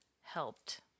helped